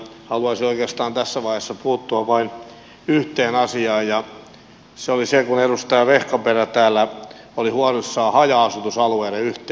haluaisin oikeastaan tässä vaiheessa puuttua vain yhteen asiaan ja se oli se kun edustaja vehkaperä täällä oli huolissaan haja asutusalueiden yhteyksistä